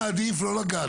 מי עושה,